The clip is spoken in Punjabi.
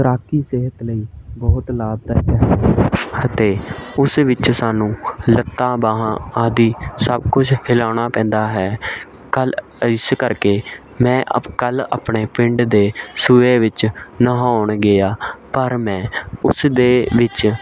ਤੈਰਾਕੀ ਸਿਹਤ ਲਈ ਬਹੁਤ ਲਾਭਦਾਇਕ ਹੈ ਅਤੇ ਉਸ ਵਿੱਚ ਸਾਨੂੰ ਲੱਤਾਂ ਬਾਹਾਂ ਆਦਿ ਸਭ ਕੁਛ ਹਿਲਾਉਣਾ ਪੈਂਦਾ ਹੈ ਕੱਲ੍ਹ ਇਸ ਕਰਕੇ ਮੈਂ ਆ ਕੱਲ੍ਹ ਆਪਣੇ ਪਿੰਡ ਦੇ ਸੂਏ ਵਿੱਚ ਨਹਾਉਣ ਗਿਆ ਪਰ ਮੈਂ ਉਸ ਦੇ ਵਿੱਚ